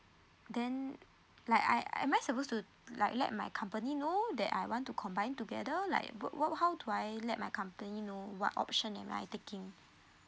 then like I am I supposed to like let my company know that I want to combine together like what what how do I let my company know what option am I taking